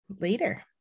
later